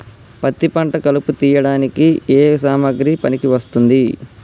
పత్తి పంట కలుపు తీయడానికి ఏ సామాగ్రి పనికి వస్తుంది?